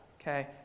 Okay